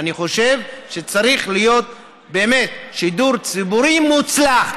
אני חושב שצריך להיות שידור ציבורי באמת מוצלח.